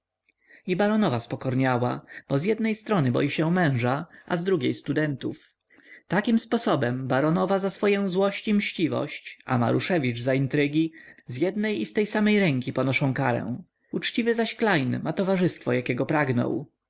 lokalu i baronowa spokorniała bo z jednej strony boi się męża a z drugiej studentów takim sposobem baronowa za swoję złość i mściwość a maruszewicz za intrygi z jednej i tej samej ręki ponoszą karę uczciwy zaś klejn ma towarzystwo jakiego pragnął